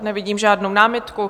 Nevidím žádnou námitku.